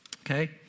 Okay